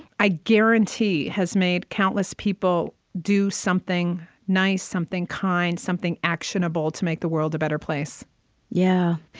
i guarantee, has made countless people do something nice, something kind, something actionable to make the world a better place yeah.